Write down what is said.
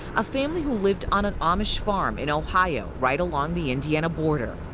a family who lived on an amish farm in ohio right along the indiana border.